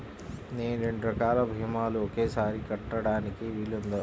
నేను రెండు రకాల భీమాలు ఒకేసారి కట్టడానికి వీలుందా?